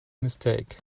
mistake